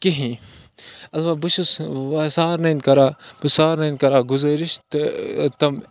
کِہی البتہ بہٕ چھُس وَ سارنِیَن کَران گُذٲرِش تہٕ تِم